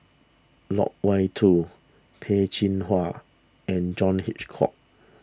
Loke Wan Tho Peh Chin Hua and John Hitchcock